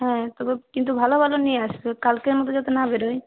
হ্যাঁ তবে কিন্তু ভালো ভালো নিয়ে আসবে কালকের মত যাতে না বেরোয়